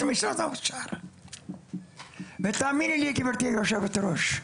משרד האוצר ותאמיני לי גברי יושבת הראש,